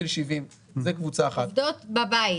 גיל 70. עובדות בבית.